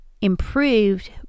improved